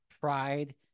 pride